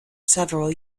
several